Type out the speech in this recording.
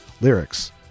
lyrics